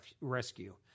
rescue